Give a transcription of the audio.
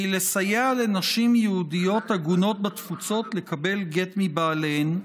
לסייע לנשים יהודיות עגונות בתפוצות לקבל גט מבעליהן,